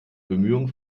bemühungen